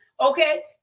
okay